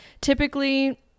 typically